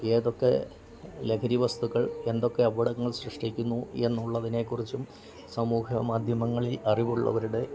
ഏതൊക്കെ ലഹരി വസ്തുക്കൾ എന്തൊക്കെ അപകടങ്ങൾ സൃഷ്ടിക്കുന്നു എന്നുള്ളതിനെ കുറിച്ചും സമൂഹ്യ മാധ്യമങ്ങളിൽ അറിവുള്ളവരുടെ